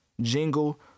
jingle